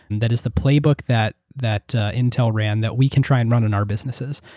and that is the playbook that that intel ran that we can try and run in our businesses,